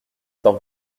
par